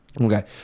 Okay